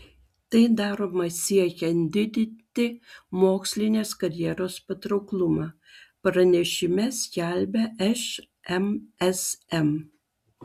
tai daroma siekiant didinti mokslinės karjeros patrauklumą pranešime skelbia šmsm